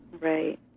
Right